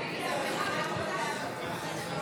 הסתייגות 239 לחלופין ח